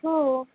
हो